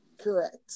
Correct